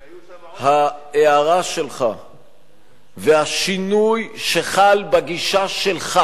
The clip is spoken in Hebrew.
כי היו שם עוד, ההערה שלך והשינוי שחל בגישה שלך